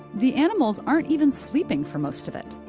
the animals aren't even sleeping for most of it.